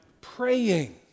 praying